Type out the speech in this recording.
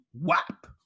Wap